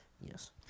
Yes